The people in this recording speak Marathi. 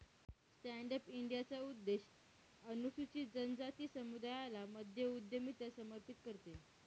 स्टॅन्ड अप इंडियाचा उद्देश अनुसूचित जनजाति समुदायाला मध्य उद्यमिता समर्थित करते